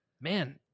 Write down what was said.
Man